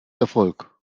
erfolg